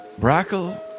Brackel